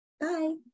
Bye